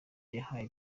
yahaye